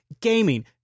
gaming